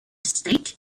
state